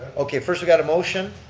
okay, first we got a motion,